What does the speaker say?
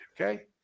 okay